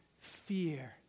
fear